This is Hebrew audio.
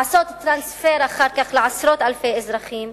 ולעשות טרנספר, אחר כך, לעשרות אלפי אזרחים.